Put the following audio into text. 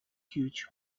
huge